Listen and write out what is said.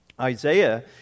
Isaiah